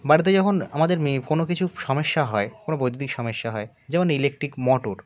বাড়িতে যখন আমাদের কোনো কিছু সমস্যা হয় কোনো বৈদ্যুতিক সমস্যা হয় যেমন ইলেকট্রিক মোটর